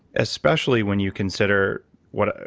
especially when you consider what,